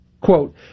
Quote